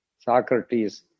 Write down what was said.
Socrates